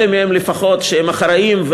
לאלה מהם לפחות שהם אחראיים,